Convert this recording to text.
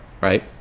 right